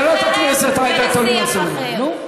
אני, חברת הכנסת עאידה תומא סלימאן, נו.